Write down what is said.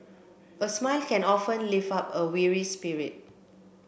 a smile can often lift up a weary spirit